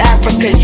Africa